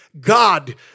God